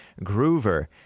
Groover